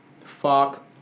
Fuck